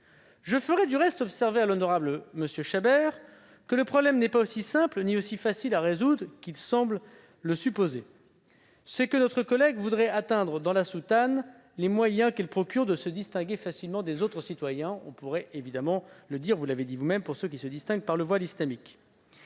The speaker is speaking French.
Je ferai du reste observer à l'honorable M. Chabert que le problème n'est pas aussi simple ni aussi facile à résoudre qu'il semble le supposer. Ce que notre collègue voudrait atteindre dans la soutane, c'est le moyen qu'elle procure de se distinguer facilement des autres citoyens. » On pourrait évidemment reprendre cet argument pour celles qui se distinguent par le voile islamique,